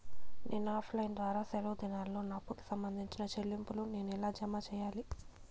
నేను offline ద్వారా సెలవు దినాల్లో నా అప్పుకి సంబంధించిన చెల్లింపులు నేను ఎలా జామ సెయ్యాలి?